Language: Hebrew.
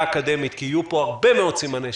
האקדמית כי יהיו פה הרבה מאוד סימני שאלה,